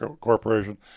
Corporation